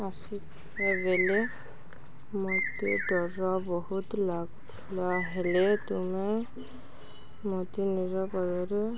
ଆସିଲାବେଳେ ମୋତେ ଡର ବହୁତ ଲାଗିଲ ହେଲେ ତୁମେ ମୋତେ ନିରାପଦରେ